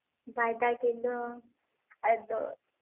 ᱵᱟᱭ ᱫᱟᱜᱮᱫ ᱫᱚ ᱟᱫᱚ